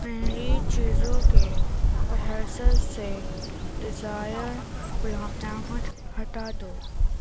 میری چیزوں کے فہرست سے ڈزائر گلاب جامن ہٹا دو